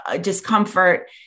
discomfort